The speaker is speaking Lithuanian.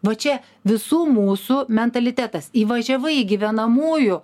va čia visų mūsų mentalitetas įvažiavai į gyvenamųjų